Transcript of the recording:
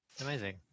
amazing